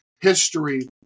history